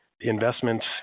investments